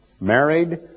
Married